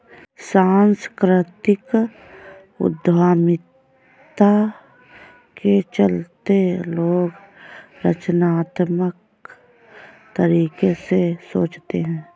सांस्कृतिक उद्यमिता के चलते लोग रचनात्मक तरीके से सोचते हैं